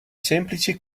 semplici